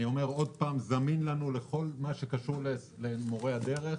אני אומר שוב, זמין לנו בכל מה שקשור למורי הדרך.